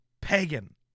pagan